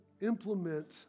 implement